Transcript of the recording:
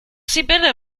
sibylle